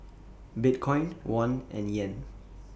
Bitcoin Won and Yen